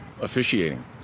officiating